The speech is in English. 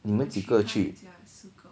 你们几个去